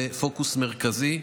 זה הפוקוס המרכזי.